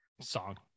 song